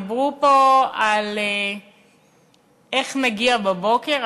דיברו פה על איך נגיע בבוקר.